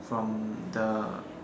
from the